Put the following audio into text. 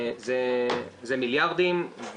זה מיליארדים.